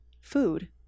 food